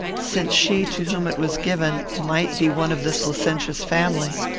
since she to whom it was given might be one of this licentious family.